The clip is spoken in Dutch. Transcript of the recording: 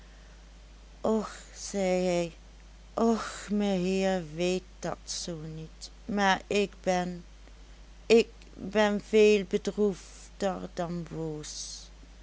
och zei hij och meheer weet dat zoo niet maar ik ben ik ben veel bedroefder dan boos